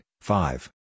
five